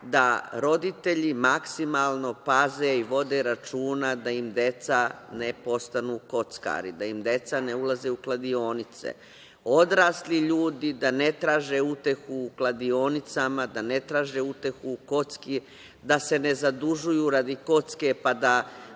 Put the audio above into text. da roditelji maksimalno paze i vode računa da im deca ne postanu kockari, da im deca ne ulaze u kladionice. Odrasli ljudi da ne traže utehu u kladionicama, da ne traže utehu u kocki, da se ne zadužuju radi kocke, pa da